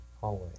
hallway